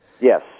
Yes